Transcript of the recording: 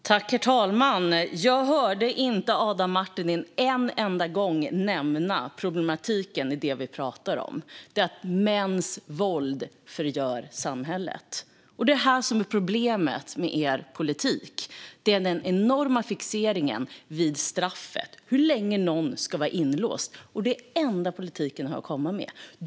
Herr talman! Jag hörde inte Adam Marttinen en enda gång nämna problemen vi talar om, nämligen att mäns våld förgör samhället. Det är detta som är problemet med er politik, det vill säga den enorma fixeringen vid straffet - hur länge någon ska vara inlåst. Det är den enda politiken ni har att komma med.